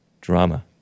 Drama